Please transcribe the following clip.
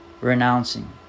renouncing